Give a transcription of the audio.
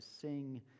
sing